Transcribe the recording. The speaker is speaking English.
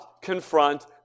confront